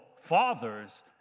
fathers